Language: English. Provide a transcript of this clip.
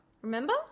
Remember